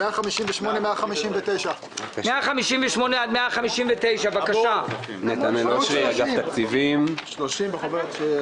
158 159. 158 159. בבקשה.